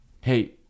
Hey